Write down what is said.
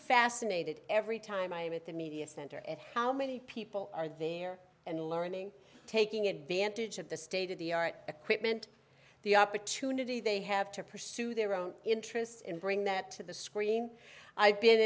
fascinated every time i am at the media center and how many people are there and learning taking advantage of the state of the art equipment the opportunity they have to pursue their own interests and bring that to the screen i've been